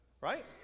right